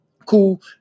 cool